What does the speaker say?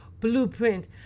blueprint